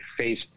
Facebook